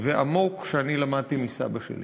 ועמוק שאני למדתי מסבא שלי.